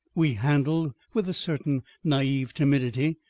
we handled with a certain naive timidity,